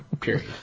Period